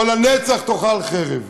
או: הלנצח תאכל חרב?